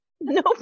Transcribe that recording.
No